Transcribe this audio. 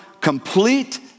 complete